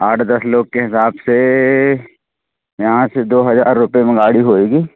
आठ दस लोग के हिसाब से यहाँ से दो हजार रुपये में गाड़ी होएगी